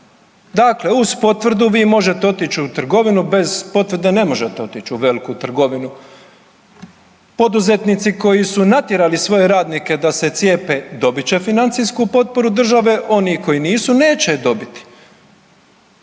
Dakle, uz potvrdu vi možete otić u trgovinu, bez potvrde ne možete otić u veliku trgovinu. Poduzetnici koji su natjerali svoje radnike da se cijepe dobit će financijsku potporu države, oni koji nisu neće dobiti.